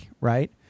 right